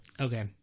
Okay